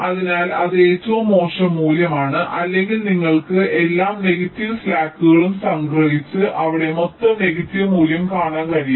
അതിനാൽ അത് ഏറ്റവും മോശം മൂല്യമാണ് അല്ലെങ്കിൽ നിങ്ങൾക്ക് എല്ലാ നെഗറ്റീവ് സ്ലാക്കുകളും സംഗ്രഹിച്ച് അവിടെ മൊത്തം നെഗറ്റീവ് മൂല്യം കാണാൻ കഴിയും